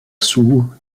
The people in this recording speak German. sue